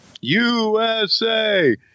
USA